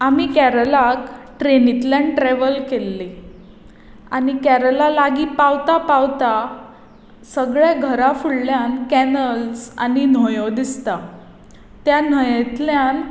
आमी कॅरलाक ट्रेनींतल्यान ट्रेवल केल्ली आनी कॅरला लागीं पावता पावता सगल्या घरा फुडल्यान कॅनल्स आनी न्हंयों दिसता त्या न्हंयेंतल्यान